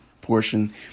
portion